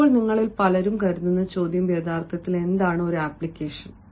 ഇപ്പോൾ നിങ്ങളിൽ പലരും കരുതുന്ന ചോദ്യം യഥാർത്ഥത്തിൽ എന്താണ് ഒരു ആപ്ലിക്കേഷൻ